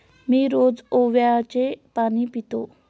मी रोज ओव्याचे पाणी पितो